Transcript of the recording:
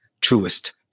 truest